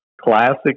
classic